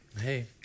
Hey